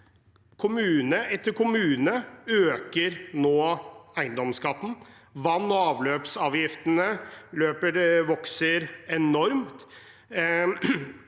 Kommune etter kommune øker nå eiendomsskatten. Vann- og avløpsavgiftene vokser enormt,